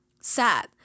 sad